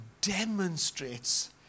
demonstrates